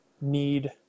need